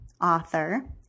author